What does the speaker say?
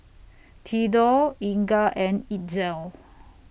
Thedore Inga and Itzel